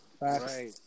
Right